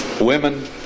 women